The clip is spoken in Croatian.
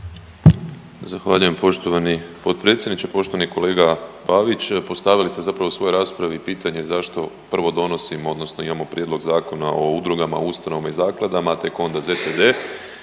Zahvaljujem poštovani potpredsjedniče. Poštovani kolega Pavić postavili ste zapravo u svojoj raspravi pitanje zašto prvo donosimo odnosno imamo Prijedlog Zakona o udrugama, ustanovama i zakladama, a tek onda ZTD.